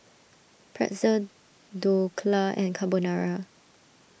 Pretzel Dhokla and Carbonara